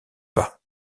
pas